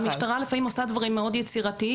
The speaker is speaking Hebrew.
המשטרה לפעמים עושה דברים מאוד יצירתיים,